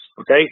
okay